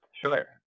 sure